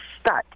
stuck